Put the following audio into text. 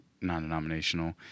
non-denominational